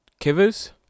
Kivers